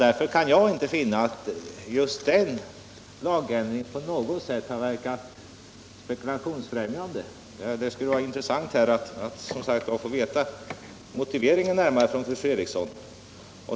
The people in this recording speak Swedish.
Därför kan jag inte finna att just den lagändringen på något sätt har verkat spekulationsbefrämjande, men det skulle som sagt vara intressant att av fru Fredrikson få höra den närmare motiveringen.